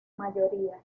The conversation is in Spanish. mayoría